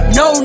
no